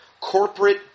Corporate